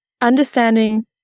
understanding